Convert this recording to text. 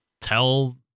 tell